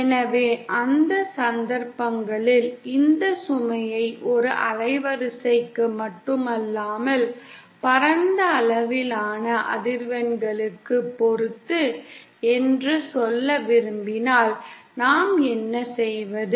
எனவே அந்த சந்தர்ப்பங்களில் இந்த சுமையை ஒரு அலைவரிசைக்கு மட்டுமல்லாமல் பரந்த அளவிலான அதிர்வெண்களுக்கு பொருத்து என்று சொல்ல விரும்பினால் நாம் என்ன செய்வது